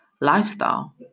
lifestyle